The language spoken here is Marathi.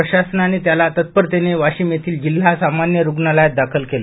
प्रशासनाने त्याला तत्परतेने वाशिम येथिल जिल्हा सामान्य रुग्णालयात दाखल केले